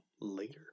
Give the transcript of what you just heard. Later